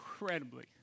Incredibly